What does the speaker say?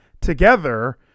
together